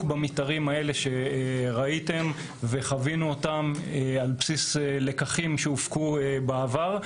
במתארים האלה שראיתם וחווינו אותם על בסיס לקחים שהופקו בעבר.